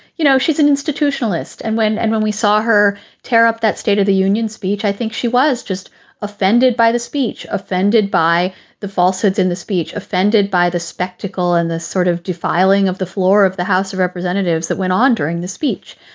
you know, she's an institutionalist. and when and when we saw her tear up that state of the union speech, i think she was just offended by the speech, offended by the falsehoods in the speech, offended by the spectacle and the sort of defiling of the floor of the house of representatives that went on during the speech.